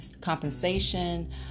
compensation